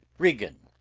regan,